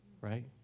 right